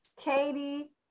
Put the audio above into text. Katie